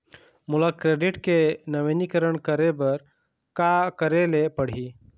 मोला क्रेडिट के नवीनीकरण करे बर का करे ले पड़ही?